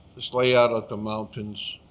this layout of the mountains,